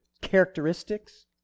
characteristics